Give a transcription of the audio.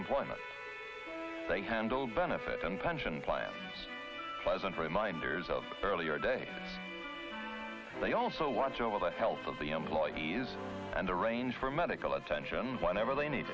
employment they handle benefit and pension plans present reminders of earlier day they also watch over the health of the employees and arrange for medical attention whenever they need